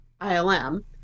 ILM